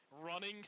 running